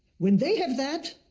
when they have that,